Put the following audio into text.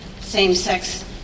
same-sex